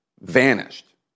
vanished